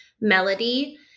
Melody